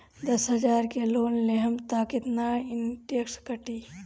दस हजार के लोन लेहम त कितना इनट्रेस कटी?